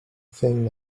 thing